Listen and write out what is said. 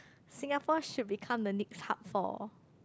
Singapore should become the next hub for